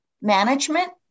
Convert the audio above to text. management